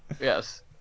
Yes